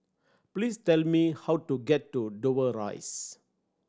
please tell me how to get to Dover Rise